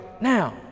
Now